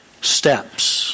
steps